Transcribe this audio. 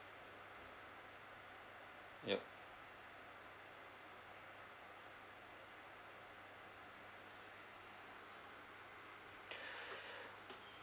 ya